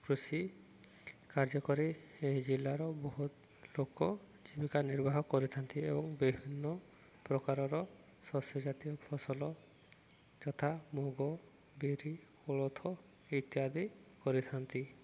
କୃଷି କାର୍ଯ୍ୟ କରି ଏହି ଜିଲ୍ଲାର ବହୁତ ଲୋକ ଜୀବିକା ନିର୍ବାହ କରିଥାନ୍ତି ଏବଂ ବିଭିନ୍ନ ପ୍ରକାରର ଶସ୍ୟ ଜାତୀୟ ଫସଲ ଯଥା ମୁଗ ବିରି କୋଳଥ ଇତ୍ୟାଦି କରିଥାନ୍ତି